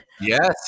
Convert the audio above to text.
Yes